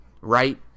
right